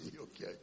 okay